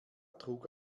trug